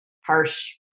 harsh